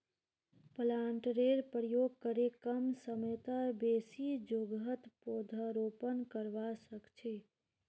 प्लांटरेर प्रयोग करे कम समयत बेसी जोगहत पौधरोपण करवा सख छी